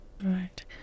Right